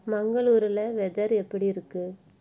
மங்களூரில் weather எப்படி இருக்கு